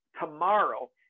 tomorrow